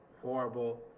horrible